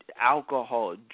alcohol